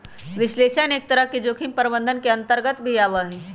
विश्लेषण एक तरह से जोखिम प्रबंधन के अन्तर्गत भी आवा हई